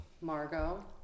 Margot